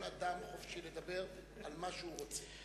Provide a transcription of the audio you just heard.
כל אדם חופשי לדבר על מה שהוא רוצה.